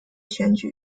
选举